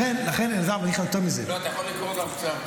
לכן, אלעזר, אני אגיד לך יותר מזה.